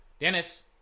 Dennis